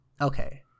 Okay